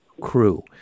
crew